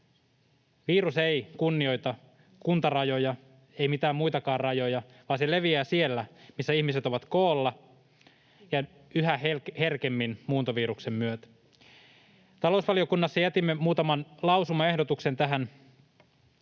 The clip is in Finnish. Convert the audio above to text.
Virus ei kunnioita kuntarajoja, ei mitään muitakaan rajoja, vaan se leviää siellä, missä ihmiset ovat koolla, ja yhä herkemmin muuntoviruksen myötä. Talousvaliokunnassa jätimme muutaman lausumaehdotuksen tähän